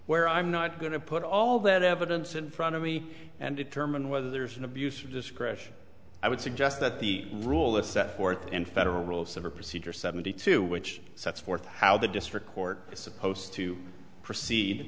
where i'm not going to put all that evidence in front of me and determine whether there's an abuse of discretion i would suggest that the rule is set forth in federal rules of procedure seventy two which sets forth how the district court is supposed to proceed